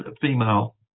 female